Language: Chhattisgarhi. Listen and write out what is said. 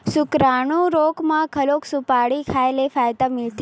सुकरानू रोग म घलो सुपारी खाए ले फायदा मिलथे